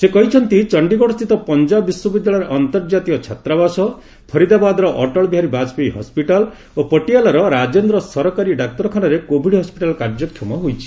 ସେ କହିଛନ୍ତି ଚଣ୍ଡୀଗଡ଼ସ୍ଥିତ ପଞ୍ଜାବ ବିଶ୍ୱବିଦ୍ୟାଳୟର ଅନ୍ତର୍ଜାତୀୟ ଛାତ୍ରାବାସ ଫରିଦାବାଦର ଅଟଳବିହାରୀ ବାଜପେୟୀ ହସ୍କିଟାଲ ଓ ପଟିଆଲାର ରାଜେନ୍ଦ୍ର ସରକାରୀ ଡାକ୍ତରଖାନାରେ କୋଭିଡ ହସ୍କିଟାଲ କାର୍ଯ୍ୟକ୍ଷମ ହୋଇଛି